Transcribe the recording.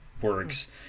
works